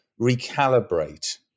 recalibrate